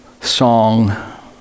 song